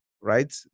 Right